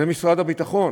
זה משרד הביטחון.